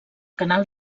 canal